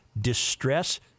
distress